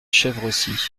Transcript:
chevresis